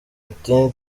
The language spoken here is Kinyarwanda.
ati